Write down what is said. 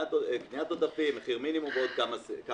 קניית עודפים, מחיר מינימום, ועוד כמה אופציות.